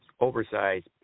oversized